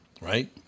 right